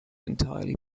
entirely